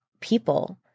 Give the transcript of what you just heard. people